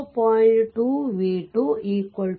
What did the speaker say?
2v2 6